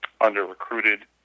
under-recruited